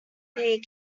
they